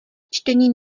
čtení